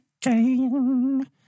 game